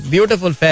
Beautiful